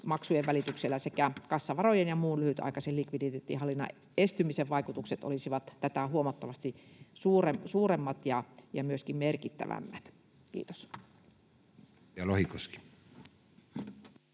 Maksujen välityksen sekä kassavarojen ja muun lyhytaikaisen likviditeettihallinnan estymisen vaikutukset olisivat tätä huomattavasti suuremmat ja myöskin merkittävämmät. — Kiitos.